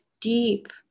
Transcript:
deep